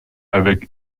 avec